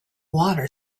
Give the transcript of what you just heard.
water